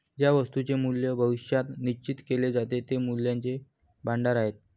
ज्या वस्तूंचे मूल्य भविष्यात निश्चित केले जाते ते मूल्याचे भांडार आहेत